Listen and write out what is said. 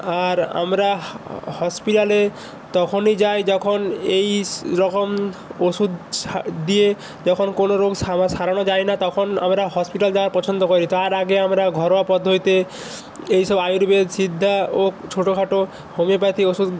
আর আমরা হসপিটালে তখনই যাই যখন এইস্ রকম ওষুধ সা দিয়ে যখন কোনো রোগ সারানো যায় না তখন আমরা হসপিটাল যাওয়া পছন্দ করি তার আগে আমরা ঘরোয়া পদ্ধতিতে এই সব আয়ুর্বেদ সিদ্ধা ও ছোটো খাটো হোমিওপ্যাথি ওষুধ